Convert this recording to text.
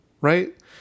right